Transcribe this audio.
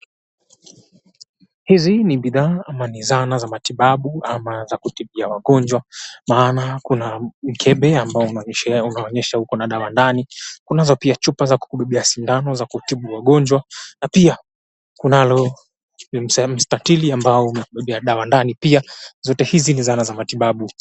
Hizi ni bidhaa ama ni zana za matibabu, ama za kutibia wagonjwa. Maana kuna mikebe ambao maandishi yao inaonyesha uko na dawa ndani. Kunazo pia chupa za kubebea sindano za kutibu wagonjwa, na pia kunalo sehemu mstatili, ambayo ni ya kubebea dawa ndani. Pia zote hizi ni zana za matibabu.